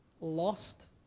lost